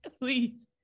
please